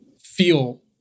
feel